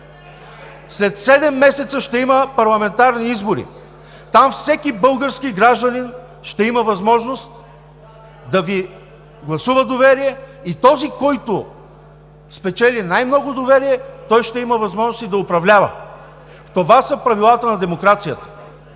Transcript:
седем месеца ще има парламентарни избори. Там всеки български гражданин ще има възможност да Ви гласува доверие и този, който спечели най-много доверие, ще има възможност и да управлява. Това са правилата на демокрацията.